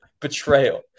Betrayal